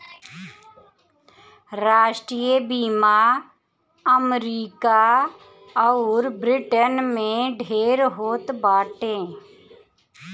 राष्ट्रीय बीमा अमरीका अउर ब्रिटेन में ढेर होत बाटे